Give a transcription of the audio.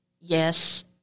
yes